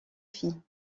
filles